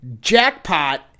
jackpot